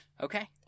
Okay